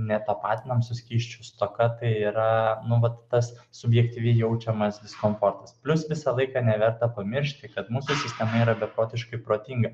netapatinam su skysčių stoka tai yra nu vat tas subjektyviai jaučiamas diskomfortas plius visą laiką neverta pamiršti kad mūsų sistema yra beprotiškai protinga